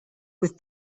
with